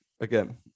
again